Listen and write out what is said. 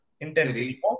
intensity